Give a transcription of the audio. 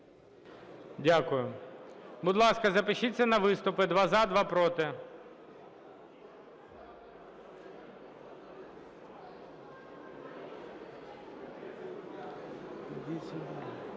Дякую. Будь ласка, запишіться на виступи: два – за, два – проти. Бондар